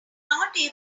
not